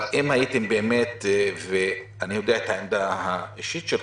אבל אם הייתם אני יודע את העמדה האישית שלך,